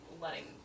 letting